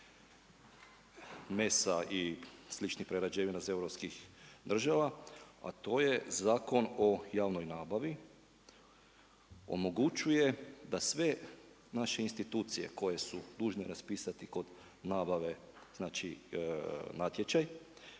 mesa i sličnih prerađevina iz europskih država, a to je Zakon o javnoj nabavi, omogućuje da sve naše institucije, koje su dužne raspisati kod nabave, znači, natječaj,